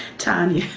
tonya,